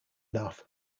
enough